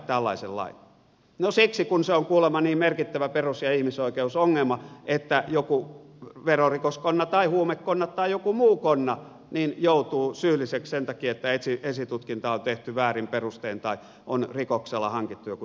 no siksi kun se on kuulemma niin merkittävä perus ja ihmisoikeusongelma että joku verorikoskonna tai huumekonna tai joku muu konna joutuu syylliseksi sen takia että esitutkinta on tehty väärin perustein tai on rikoksella hankittu joku todiste